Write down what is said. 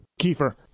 Kiefer